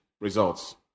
results